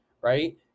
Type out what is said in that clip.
right